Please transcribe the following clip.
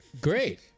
Great